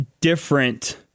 different